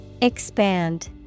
Expand